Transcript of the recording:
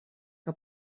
que